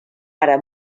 ara